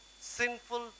sinful